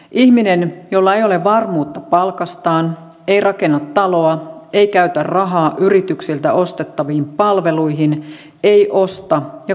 ihminen jolla ei ole varmuutta palkastaan ei rakenna taloa ei käytä rahaa yrityksiltä ostettaviin palveluihin ei osta ja kuluta